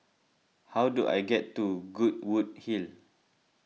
how do I get to Goodwood Hill